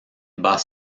bat